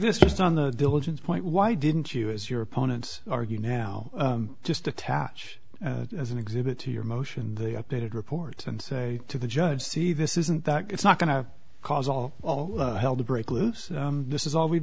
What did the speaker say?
just on the diligence point why didn't you as your opponents argue now just attach as an exhibit to your motion the updated reports and say to the judge see this isn't that it's not going to cause all hell break loose this is all we've